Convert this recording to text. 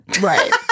Right